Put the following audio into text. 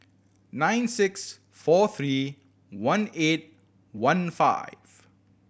nine six four three one eight one five